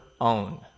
own